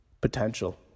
potential